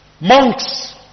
Monks